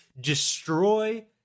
destroy